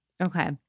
Okay